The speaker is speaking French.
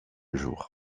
jour